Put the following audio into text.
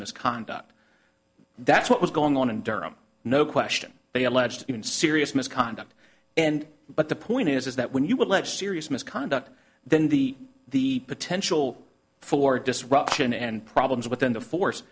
misconduct that's what was going on in durham no question they alleged even serious misconduct and but the point is is that when you would lead to serious misconduct then the the potential for disruption and problems within the force